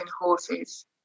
horses